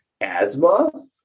asthma